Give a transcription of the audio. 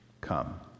come